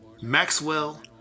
Maxwell